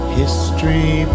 history